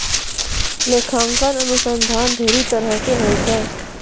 लेखांकन अनुसन्धान ढेरी तरहो के होय छै